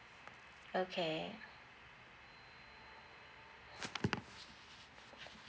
okay